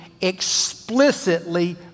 explicitly